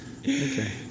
Okay